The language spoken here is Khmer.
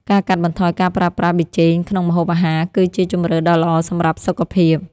ការកាត់បន្ថយការប្រើប្រាស់ប៊ីចេងក្នុងម្ហូបអាហារ គឺជាជម្រើសដ៏ល្អសម្រាប់សុខភាព។